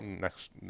next